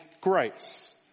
grace